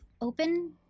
open